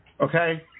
Okay